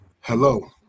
hello